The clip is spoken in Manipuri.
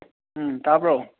ꯇꯥꯕ꯭ꯔꯣ